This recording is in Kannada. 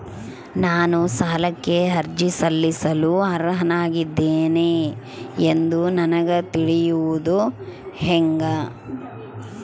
ನಾನು ಸಾಲಕ್ಕೆ ಅರ್ಜಿ ಸಲ್ಲಿಸಲು ಅರ್ಹನಾಗಿದ್ದೇನೆ ಎಂದು ನನಗ ತಿಳಿಯುವುದು ಹೆಂಗ?